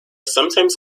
sometimes